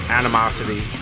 animosity